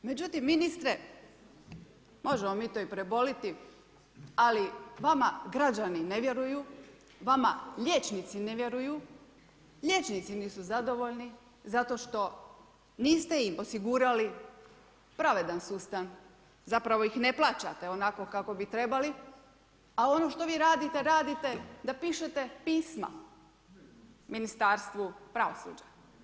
Međutim ministre, možemo mi to i preboliti, ali vama građani ne vjeruju, vama liječnici ne vjeruju, liječnici nisu zadovoljni, niste im osigurali pravedan sustav, zapravo ih ne plaćate onako kako bi trebali, a ono što vi radite, radite da pišete pisma Ministarstvu pravosuđa.